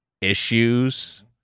issues